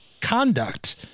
conduct